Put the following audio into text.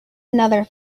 another